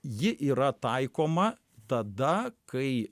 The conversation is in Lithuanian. ji yra taikoma tada kai